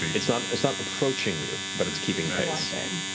it's not it's not approaching you, but it's keeping pace.